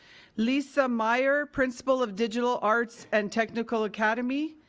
lisa meyer, principal of digital arts and technical academy.